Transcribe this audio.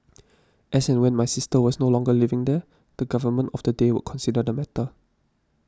as and when my sister was no longer living there the Government of the day would consider the matter